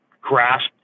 grasp